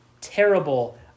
terrible